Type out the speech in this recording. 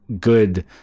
good